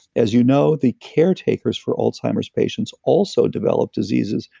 as you know, the caretakers for alzheimer's patients also develop diseases,